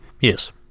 Yes